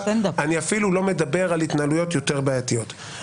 ואני אפילו לא מדבר על התנהלויות יותר בעייתיות,